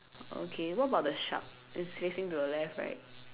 okay what about the shark it's facing to the left right